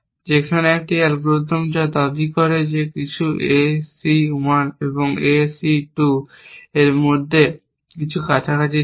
যেখানে একটি অ্যালগরিদম যা তার দাবি কিছু A C 1 এবং A C 2 এর মধ্যে বা কাছাকাছি ছিল